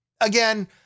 again